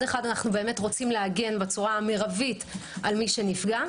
אחד אנו רוצים להגן בצורה המרבית על הנפגע,